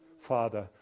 Father